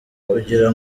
kugira